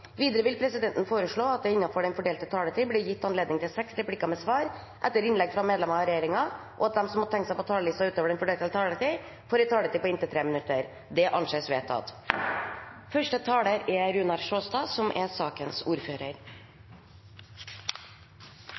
Videre vil presidenten foreslå at det – innenfor den fordelte taletid – blir gitt anledning til seks replikker med svar etter innlegg fra medlemmer av regjeringen, og at de som måtte tegne seg på talerlisten utover den fordelte taletid, får en taletid på inntil 3 minutter. – Det anses vedtatt. Bakgrunnen for saken er